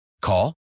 Call